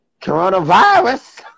Coronavirus